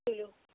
تُلِو